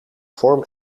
vorm